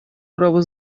право